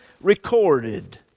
recorded